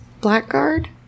Blackguard